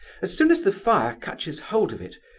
as soon as the fire catches hold of it,